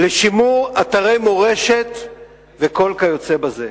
לשימור אתרי מורשת וכל כיוצא בזה.